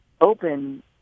open